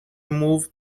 moved